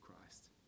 Christ